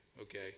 okay